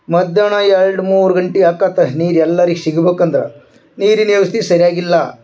ಮಧ್ಯಾಹ್ನ ಎರಡು ಮೂರು ಗಂಟೆ ಆಕತ ನೀರು ಎಲ್ಲರಿಗ ಸಿಗ್ಬಕು ಅಂದ್ರ ನೀರಿನ ವ್ಯವಸ್ಥೆ ಸರಿಯಾಗಿಲ್ಲ